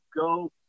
go